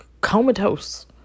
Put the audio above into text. comatose